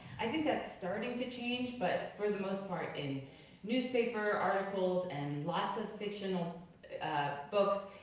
i think that's starting to change, but for the most part in newspaper articles and lots of fictional books,